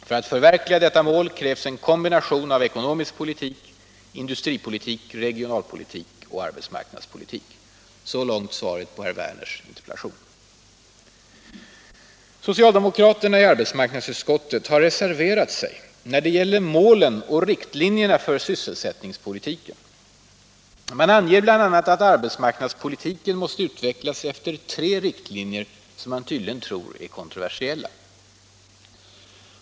För att förverkliga det målet krävs en kombination av ekonomisk politik, industripolitik, regionalpolitik och arbetsmarknadspolitik. Så långt svaret på herr Werners interpellation. Socialdemokraterna i arbetsmarknadsutskottet har reserverat sig när det gäller målen och riktlinjerna för sysselsättningspolitiken. Man anger bl.a. att arbetsmarknadspolitiken måste utvecklas efter tre riktlinjer, som man tydligen tror är kontroversiella.